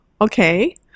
Okay